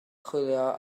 chwilio